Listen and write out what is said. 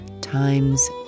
Times